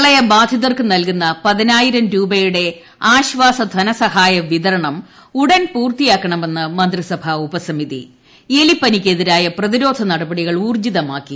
പ്രളയബാധിതർക്ക് നൽകുന്ന പതിനായിരം രൂപയുടെ ന് ആശ്ചാസ ധനസഹായ വിതരണം ഉടൻ പൂർത്തിയാക്കണമെന്ന് മന്ത്രിസഭാ ഉപസമിതി എലിപ്പനിയ്ക്കെതിരായ പ്രതിരോധ നടപടികൾ ഊർജ്ജിതമാക്കി